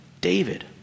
David